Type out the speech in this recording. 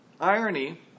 irony